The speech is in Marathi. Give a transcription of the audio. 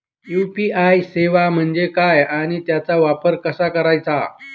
यू.पी.आय सेवा म्हणजे काय आणि त्याचा वापर कसा करायचा?